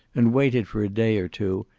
and waited for a day or two,